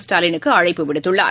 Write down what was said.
ஸ்டாலினுக்குஅழைப்பு விடுத்துள்ளார்